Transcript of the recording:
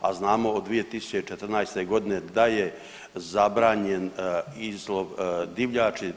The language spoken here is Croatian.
A znamo od 2014. godine da je zabranjen izlov divljači.